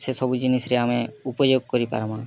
ସେ ସବୁ ଜିନିଷରେ ଆମେ ଉପଯୋଗ କରି ପାରମା